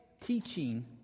teaching